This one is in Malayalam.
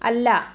അല്ല